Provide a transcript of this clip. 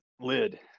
lid